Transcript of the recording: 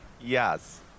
Yes